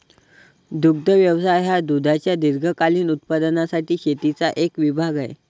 दुग्ध व्यवसाय हा दुधाच्या दीर्घकालीन उत्पादनासाठी शेतीचा एक विभाग आहे